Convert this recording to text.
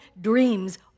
dreams